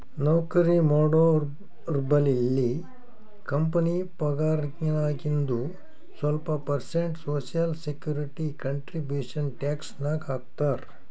ನೌಕರಿ ಮಾಡೋರ್ಬಲ್ಲಿ ಕಂಪನಿ ಪಗಾರ್ನಾಗಿಂದು ಸ್ವಲ್ಪ percent social security contribution tax ನಾಗ್ ಹಾಕ್ತಾರ್